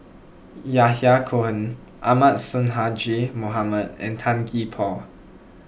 Yahya Cohen Ahmad Sonhadji Mohamad and Tan Gee Paw